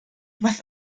warst